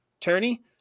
Turney